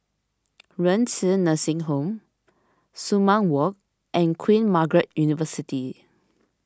Renci Nursing Home Sumang Walk and Queen Margaret University